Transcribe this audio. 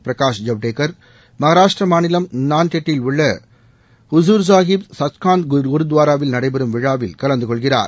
பிரகாஷ் ஜவ்டேகர் மகாராஷ்டிர மாநிலம் நான்டெட்டில் உள்ள ஹூசூர்சாகிப் சச்காந்த் குருத்வாராவில் நடைபெறும் விழாவில் கலந்து கொள்கிறார்